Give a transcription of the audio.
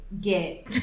get